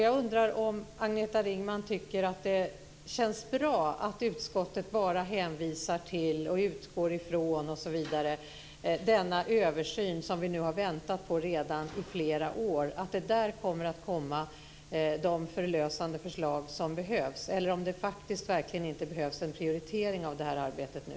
Jag undrar om Agneta Ringman tycker att det känns bra att utskottet bara hänvisar till, utgår ifrån osv. denna översyn, som vi har väntat på i flera år redan, och hoppas att de förlösande förslag som behövs kommer att läggas fram den vägen. Behövs det verkligen inte en prioritering av det här arbetet nu?